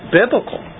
biblical